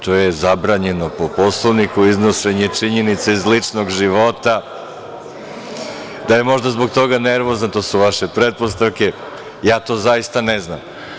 To je zabranjeno, po Poslovniku, iznošenje činjenica iz ličnog života, da je možda zbog toga nervozan, to su vaše pretpostavke, i ja to zaista ne znam.